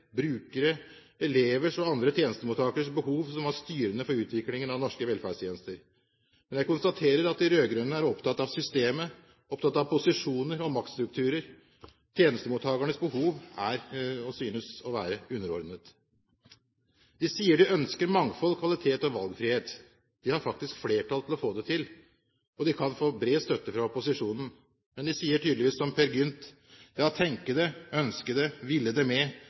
brukeres, elevers og andre tjenestemottakeres behov som var styrende for utviklingen av norske velferdstjenester. Men jeg konstaterer at de rød-grønne er opptatt av systemet, opptatt av posisjoner og maktstrukturer. Tjenestemottakernes behov synes å være underordnet. De sier de ønsker mangfold, kvalitet og valgfrihet. De har faktisk flertall for å få det til, og de kan få bred støtte fra opposisjonen. Men de sier tydeligvis som Peer Gynt: «Ja, tænke det; ønske det; ville det med,--